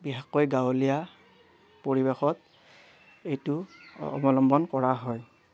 বিশেষকৈ গাঁৱলীয়া পৰিৱেশত এইটো অৱলম্বন কৰা হয়